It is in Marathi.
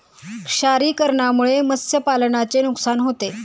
क्षारीकरणामुळे मत्स्यपालनाचे नुकसान होते